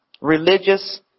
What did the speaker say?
Religious